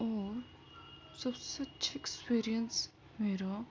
اور سب سے اچھا ایکسپیرئنس میرا